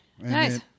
Nice